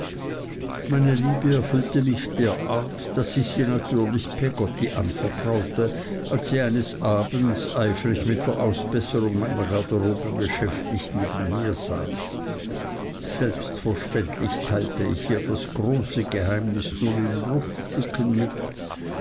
meine liebe erfüllte mich derart daß ich sie natürlich peggotty anvertraute als sie eines abends eifrig mit der ausbesserung meiner garderobe beschäftigt neben mir saß selbstverständlich teilte ich ihr das große geheimnis nur in bruchstücken mit